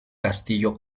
castillo